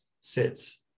sits